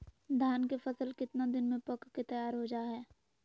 धान के फसल कितना दिन में पक के तैयार हो जा हाय?